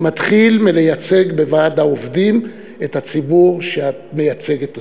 מתחילה בלייצג בוועד העובדים את הציבור שאת מייצגת אותו.